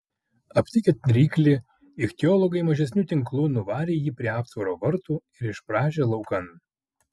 aptikę ryklį ichtiologai mažesniu tinklu nuvarė jį prie aptvaro vartų ir išprašė laukan